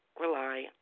rely